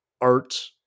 art